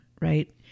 right